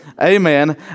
Amen